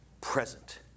present